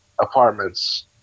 apartments